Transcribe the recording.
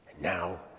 now